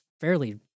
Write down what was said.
fairly